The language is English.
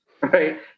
right